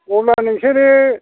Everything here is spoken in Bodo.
अब्ला नोंसोरो